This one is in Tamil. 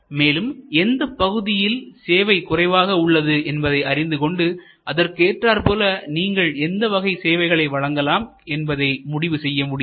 மேலும் எந்த பகுதியில் சேவை குறைவாக உள்ளது என்பதை அறிந்து கொண்டு அதற்கு ஏற்றார் போல் நீங்கள்எந்த வகை சேவையை வழங்கலாம் என்பதை முடிவு செய்ய முடியும்